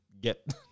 get